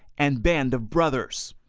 and band of brothers.